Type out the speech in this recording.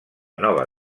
nova